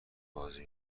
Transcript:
بازی